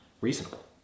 reasonable